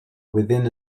within